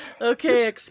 Okay